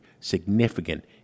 significant